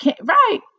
right